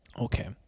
Okay